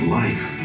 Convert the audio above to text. life